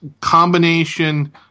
combination